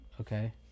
okay